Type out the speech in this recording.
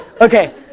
okay